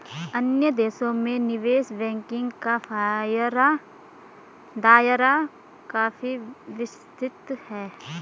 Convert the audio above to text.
अन्य देशों में निवेश बैंकिंग का दायरा काफी विस्तृत है